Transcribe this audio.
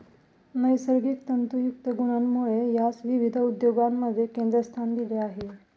नैसर्गिक तंतुयुक्त गुणांमुळे यास विविध उद्योगांमध्ये केंद्रस्थान दिले आहे